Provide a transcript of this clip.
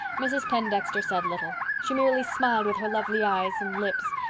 mrs. pendexter said little she merely smiled with her lovely eyes and lips,